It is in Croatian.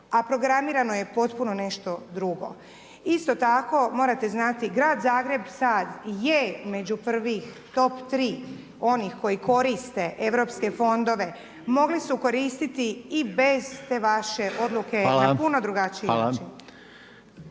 a programirano je potpuno nešto drugo. Isto tako, morate znati Grad Zagreb sad je među prvih top 3 onih koji koriste Europske Fondove, mogli su koristiti i bez te vaše odluke i na puno drugačiji način.